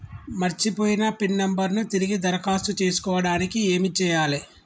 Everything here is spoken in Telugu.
మర్చిపోయిన పిన్ నంబర్ ను తిరిగి దరఖాస్తు చేసుకోవడానికి ఏమి చేయాలే?